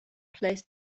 placed